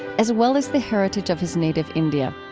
as well as the heritage of his native india.